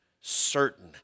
certain